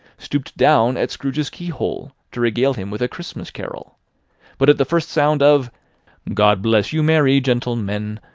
stooped down at scrooge's keyhole to regale him with a christmas carol but at the first sound of god bless you, merry gentleman!